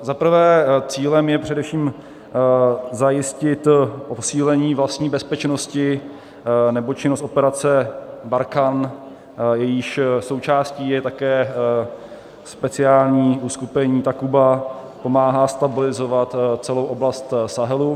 Zaprvé, cílem je především zajistit posílení vlastní bezpečnosti, neboť činnost operace Barkhane, jejíž součástí je také speciální uskupení Takuba, pomáhá stabilizovat celou oblast Sahelu.